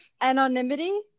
Anonymity